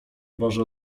boże